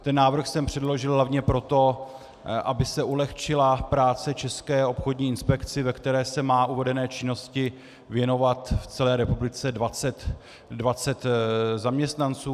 Ten návrh jsem předložil hlavně proto, aby se ulehčila práce České obchodní inspekci, ve které se má uvedené činnosti věnovat v celé republice 20 zaměstnanců.